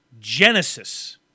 Genesis